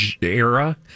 era